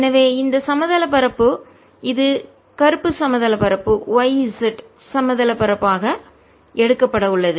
எனவே இந்த சமதள பரப்பு தட்டையான பரப்பு இது கருப்பு சமதள பரப்பு தட்டையான பரப்பு y z சமதள பரப்பு ஆக தட்டையான பரப்பு எடுக்கப்பட உள்ளது